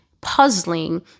puzzling